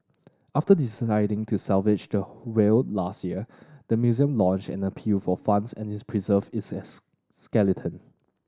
after deciding to salvage the whale last year the museum launch an appeal for funds and it preserve its is skeleton